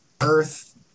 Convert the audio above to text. earth